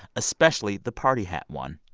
especially the party hat one.